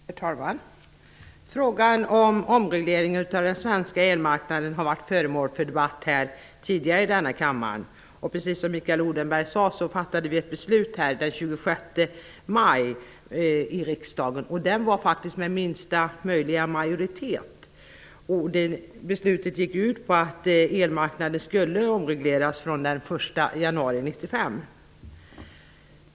Herr talman! Frågan om omreglering av den svenska elmarknaden har varit föremål för debatt tidigare i denna kammare. Precis som Mikael Odenberg sade fattade vi ett beslut i riksdagen den 26 maj. Beslutet fattades faktiskt med minsta möjliga majoritet och gick ut på att elmarknaden skulle omregleras från den 1 januari 1995.